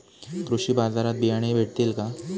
कृषी बाजारात बियाणे भेटतील का?